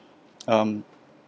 um